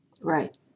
Right